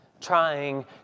trying